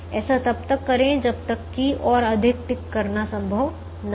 ऐसा तब तक करें जब तक कि और अधिक टिक करना संभव न हो